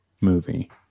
movie